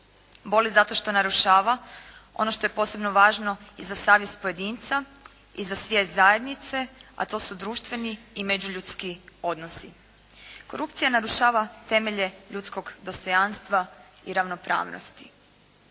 Boli zato što narušava ono što je posebno važno i za savjest pojedinca i za svijest zajednice, a to su društveni i međuljudski odnosi. Korupcija narušava temelje ljudskog dostojanstva i ravnopravnosti.